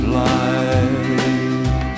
life